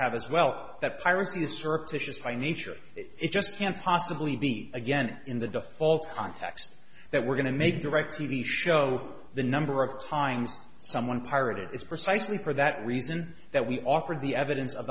have as well that piracy the surreptitious by nature it just can't possibly be again in the default context that we're going to make direct t v show the number of times someone pirated is precisely for that reason that we offer the evidence of